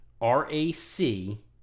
R-A-C